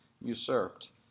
usurped